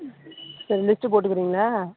சரி லிஸ்ட்டு போட்டுக்குறீங்களா